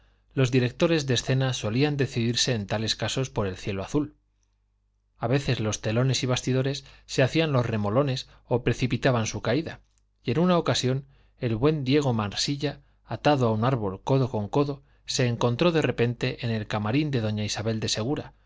los directores de escena solían decidirse en tales casos por el cielo azul a veces los telones y bastidores se hacían los remolones o precipitaban su caída y en una ocasión el buen diego marsilla atado a un árbol codo con codo se encontró de repente en el camarín de doña isabel de segura